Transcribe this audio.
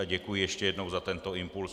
Děkuji ještě jednou za tento impuls.